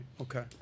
Okay